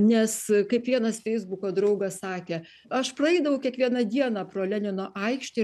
nes kaip vienas feisbuko draugas sakė aš praeidavau kiekvieną dieną pro lenino aikštę